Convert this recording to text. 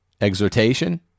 exhortation